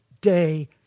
day